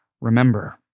remember